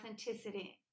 authenticity